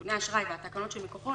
נתוני אשראי והתקנות שמכוחו,